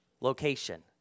location